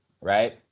right